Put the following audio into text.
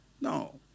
No